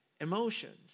emotions